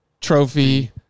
trophy